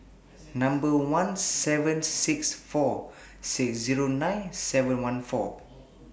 one seven six four six Zero nine seven one four